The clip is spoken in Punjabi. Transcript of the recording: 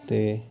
ਤੇ